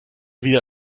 wieder